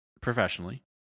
Professionally